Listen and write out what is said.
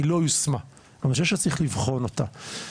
היא לא יושמה אבל אני חושב שצריך לבחון אותה.